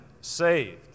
saved